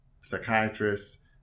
psychiatrists